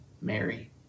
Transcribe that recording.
Mary